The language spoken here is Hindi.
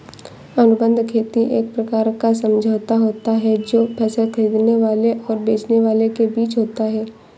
अनुबंध खेती एक प्रकार का समझौता होता है जो फसल खरीदने वाले और बेचने वाले के बीच होता है